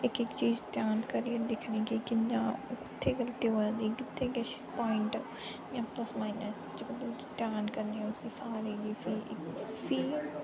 इक इक चीज़ ध्यान कन्नै करी दिक्खनी कि कि'यां होआ ते कु'त्थें गलती होआ दी ते फिर किश प्वाइंट जां प्लस माइन्स ध्यान कन्नै उसी सारे गी उसी